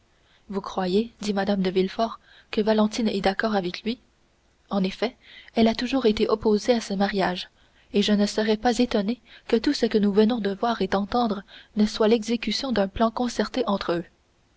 vous croyez dit mme de villefort que valentine est d'accord avec lui en effet elle a toujours été opposée à ce mariage et je ne serais pas étonnée que tout ce que nous venons de voir et d'entendre ne soit l'exécution d'un plan concerté entre eux